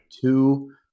Two